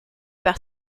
par